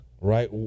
Right